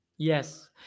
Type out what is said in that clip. yes